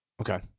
okay